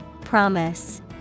Promise